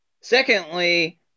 Secondly